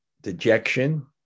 dejection